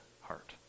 heart